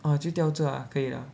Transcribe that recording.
ah 就吊着 ah 可以 ah